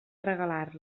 regalar